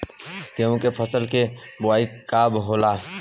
गेहूं के फसल के बोआई कब होला?